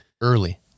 early